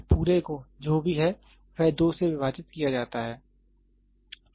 तो पूरे को जो भी है वह 2 से विभाजित किया जाता है